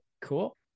cool